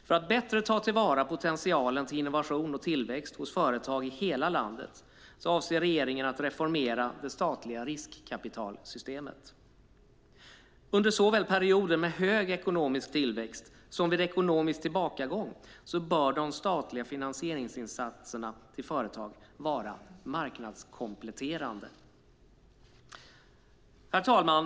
För att bättre ta till vara potentialen till innovation och tillväxt hos företag i hela landet avser regeringen att reformera det statliga riskkapitalsystemet. Under såväl perioder med hög ekonomisk tillväxt som vid ekonomisk tillbakagång bör de statliga finansieringsinsatserna till företag vara marknadskompletterande. Herr talman!